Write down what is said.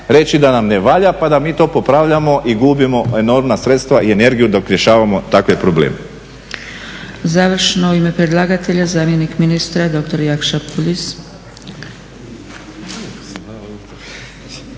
reći da nam ne valja pa da mi to popravljamo i gubimo enormna sredstva i energiju dok rješavamo takve probleme.